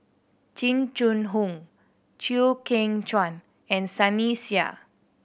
Jing Jun Hong Chew Kheng Chuan and Sunny Sia